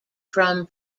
from